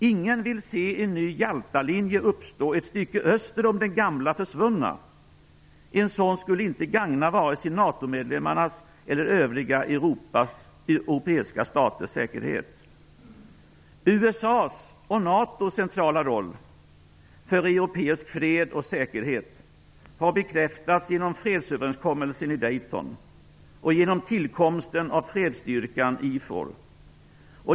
Ingen vill se en ny Jaltalinje uppstå ett stycke öster om den gamla försvunna. En sådan skulle inte gagna vare sig NATO medlemmarnas eller övriga europeiska staters säkerhet. USA:s och NATO:s centrala roll för europeisk fred och säkerhet har bekräftats genom fredsöverenskommelsen i Dayton och genom tillkomsten av fredsstyrkan IFOR.